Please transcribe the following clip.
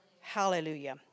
Hallelujah